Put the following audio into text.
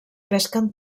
pesquen